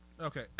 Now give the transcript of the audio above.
okay